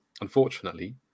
unfortunately